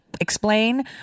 explain